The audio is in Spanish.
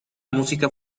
música